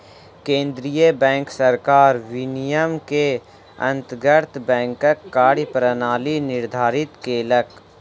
केंद्रीय बैंक सरकार विनियम के अंतर्गत बैंकक कार्य प्रणाली निर्धारित केलक